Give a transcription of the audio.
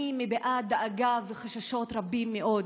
אני מביעה דאגה וחששות רבים מאוד.